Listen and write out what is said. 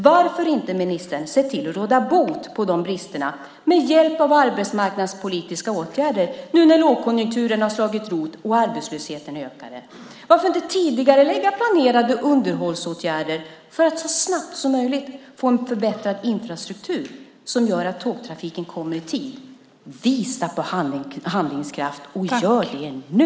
Varför inte, ministern, se till att råda bot på de bristerna med hjälp av arbetsmarknadspolitiska åtgärder nu när lågkonjunkturen har slagit rot och arbetslösheten ökar? Varför inte tidigarelägga planerade underhållsåtgärder för att så snabbt som möjligt få en förbättrad infrastruktur som gör att tågen kommer i tid? Visa på handlingskraft, och gör det nu!